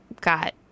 got